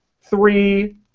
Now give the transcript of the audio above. three